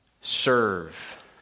serve